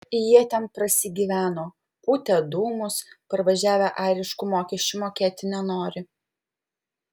jie ten prasigyveno pūtė dūmus parvažiavę airiškų mokesčių mokėti nenori